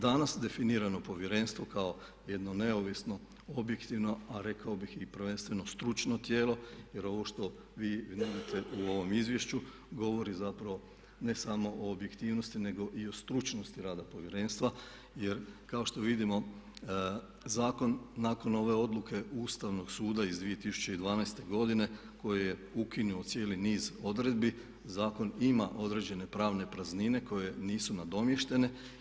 Danas definirano povjerenstvo kao jedno neovisno, objektivno a rekao bih i prvenstveno stručno tijelo jer ovo što vi nudite u ovom izvješću govori zapravo ne samo o objektivnosti nego i o stručnosti rada povjerenstva jer kao što vidimo zakon nakon ove odluke Ustavnog suda iz 2012. godine koji je ukinuo cijeli niz odredbi zakon ima određene pravne praznine koje nisu nadomještene.